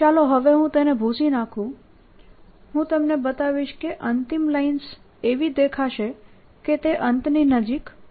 ચાલો હવે હું તેને ભૂંસી નાખું હું તમને બતાવીશ અંતિમ લાઇન્સ એવી દેખાશે કે તે અંતની નજીક વધુ મજબૂત બનશે